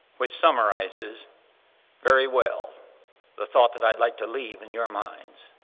which summarizes very well the thought that i'd like to leave in your minds.